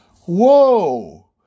Whoa